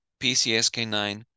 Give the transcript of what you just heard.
PCSK9